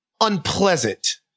unpleasant